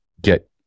get